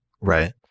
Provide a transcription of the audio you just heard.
Right